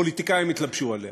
הפוליטיקאים התלבשו עליה.